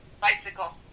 Bicycle